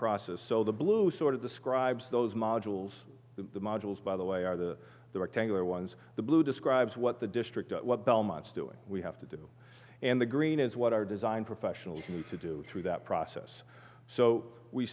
process so the blue sort of describes those modules the modules by the way are the the rectangular ones the blue describes what the district what belmont's doing we have to do and the green is what our design professionals need to do through that process so we